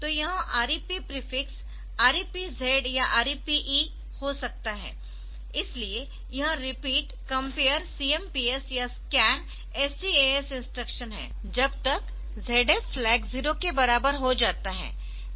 तो यह REP prefix REPZ या REPE हो सकता है इसलिए यह रिपीट कंपेयर CMPS या स्कैन SCAS इंस्ट्रक्शन है जब तक ZF फ्लैग 0 के बराबर हो जाता है